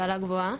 השכלה גבוהה.